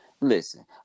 listen